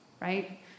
Right